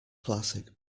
classic